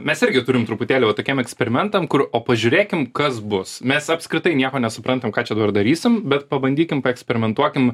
mes irgi turim truputėlį va tokiem eksperimentam kur o pažiūrėkim kas bus mes apskritai nieko nesuprantam ką čia dabar darysim bet pabandykim paeksperimentuokim